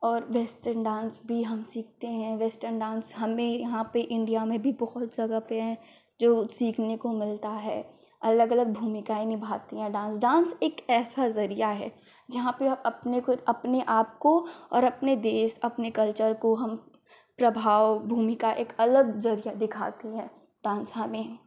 और western dance भी हम सीखते हैं वेस्टर्न डान्स हम भी इण्डिया में भी बहुत जगह पर सीखने को मिलता है अलग अलग भूमिकाएँ निभाता है डान्स डान्स एक ऐसा ज़रिया है जहाँ पर आप अपने को अपने आप को और अपने देश अपने कल्चर को हम प्रभा भूमिका एक अलग ज़रिया दिखाता है डान्स हमें